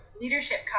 leadership